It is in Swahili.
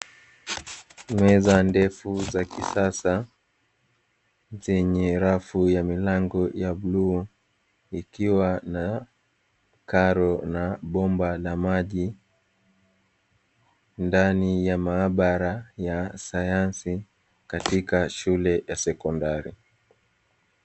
Meza ndefu za kisasa zenye rafu ya milango ya bluu, ikiwa na karo na bomba la maji, ndani ya maabara ya sayansi katika shule ya sekondari.